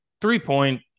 three-point